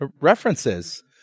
References